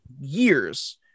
years